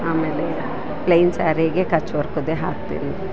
ಆಮೇಲೆ ಪ್ಲೈನ್ ಸ್ಯಾರಿಗೆ ಕಚ್ ವರ್ಕುದೇ ಹಾಕ್ತೀನಿ